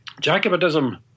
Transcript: Jacobitism